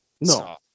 No